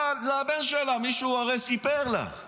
אבל זה הבן שלה, מישהו הרי סיפר לה.